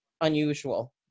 unusual